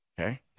Okay